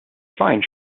find